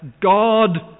God